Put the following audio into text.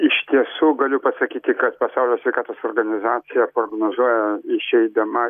iš tiesų galiu pasakyti kad pasaulio sveikatos organizacija prognozuoja išeidama